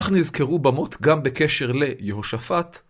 כך נזכרו במות גם בקשר ליהושפט.